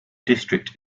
district